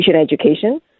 education